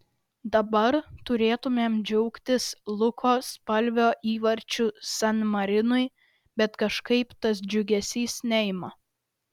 dabar turėtumėm džiaugtis luko spalvio įvarčiu san marinui bet kažkaip tas džiugesys neima